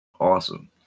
Awesome